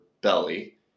belly